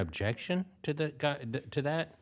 objection to the to that